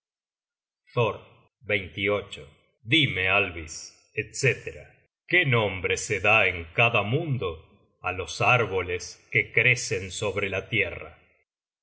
thor dime alvis etc qué nombre se da en cada mundo á los árboles que crecen sobre la tierra